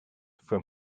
from